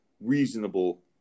reasonable